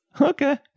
Okay